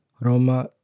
Roma